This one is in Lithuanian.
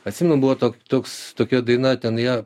atsimenu buvo tok toks tokia daina ten ją